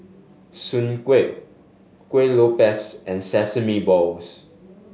Soon Kueh Kuih Lopes and sesame balls